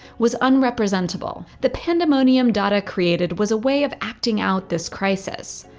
was unrepresentable. the pandemonium dada created was a way of acting out this crisis,